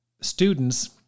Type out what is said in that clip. students